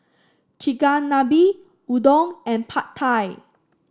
Chigenabe Udon and Pad Thai